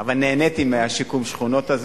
אבל נהניתי משיקום השכונות הזה